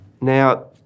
Now